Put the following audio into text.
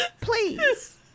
please